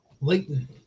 Leighton